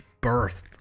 birth